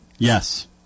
Yes